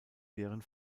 deren